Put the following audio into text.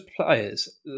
players